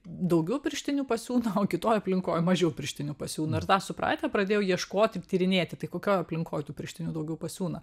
daugiau pirštinių pasiūna o kitoj aplinkoj mažiau pirštinių pasiūna ir tą supratęs pradėjo ieškoti ir tyrinėti tai kokioj aplinkoj tų pirštinių daugiau pasiūna